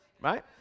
Right